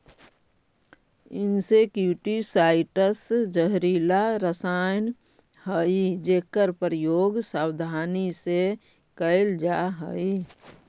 insecticides जहरीला रसायन हई जेकर प्रयोग सावधानी से कैल जा हई